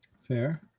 Fair